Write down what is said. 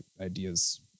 ideas